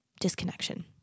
disconnection